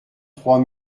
trois